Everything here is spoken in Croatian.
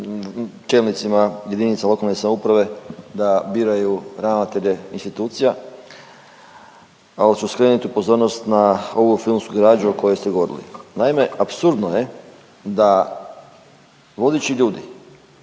čelnicima jedinica lokalne samouprave da biraju ravnatelje institucija, ali ću skrenuti pozornost na ovu filmsku građu o kojoj ste govorili. Naime, apsurdno je da vodeći ljudi